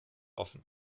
offen